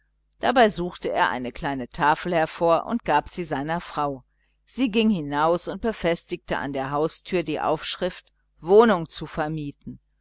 dabei suchte er eine kleine tafel hervor und gab sie seiner frau sie ging hinaus und befestigte an der haustüre die aufschrift wohnung zu vermieten